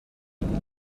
before